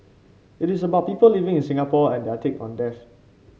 it is about people living in Singapore and their take on death